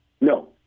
No